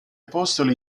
apostoli